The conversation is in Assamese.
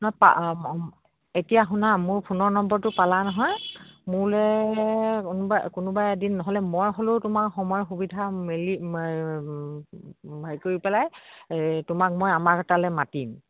নহয় এতিয়া শুনা মোৰ ফোনৰ নম্বৰটো পালা নহয় মোলে কোনোবা কোনোবা এদিন নহ'লে মই হ'লেও তোমাৰ সময়ৰ সুবিধা মেলি হেৰি কৰি পেলাই তোমাক মই আমাৰ তালে মাতিম